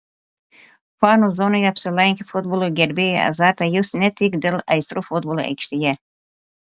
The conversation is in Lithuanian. fanų zonoje apsilankę futbolo gerbėjai azartą jus ne tik dėl aistrų futbolo aikštėje